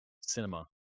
Cinema